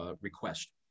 request